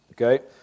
okay